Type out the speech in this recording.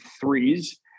threes